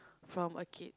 from a kid